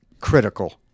critical